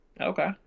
okay